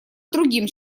другим